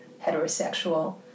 heterosexual